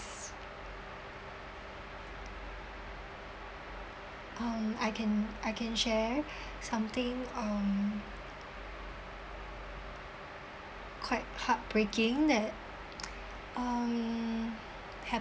um I can I can share something um quite heartbreaking that um happened